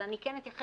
אבל אני כן אתייחס